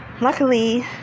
Luckily